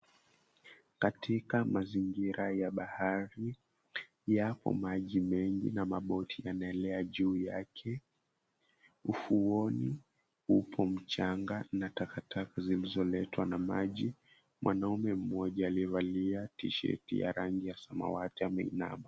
Katika mazingira ya bahari, yako maji mengi na maboti yanaelea juu yake. Ufuoni upoo mchanga na takataka zilizoletwa na maji. Mwanaume mmoja amevalia tisheti ya rangi ya samawati ameinama.